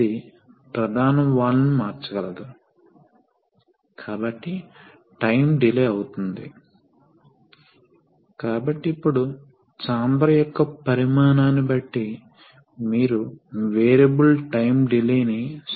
కాబట్టి మనకు సిస్టమ్ యొక్క మూడు మోడ్స్ ఉన్నాయి మొదటి మోడ్లో సిస్టమ్ వెంట్ అవుతుంది అంటే పంప్ నేరుగా ట్యాంక్తో అనుసంధానించబడుతుంది ద్రవం లేదు ప్రవాహం లేదు